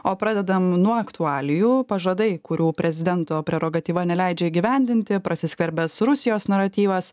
o pradedam nuo aktualijų pažadai kurių prezidento prerogatyva neleidžia įgyvendinti prasiskverbia su rusijos naratyvas